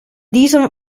diesem